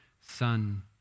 son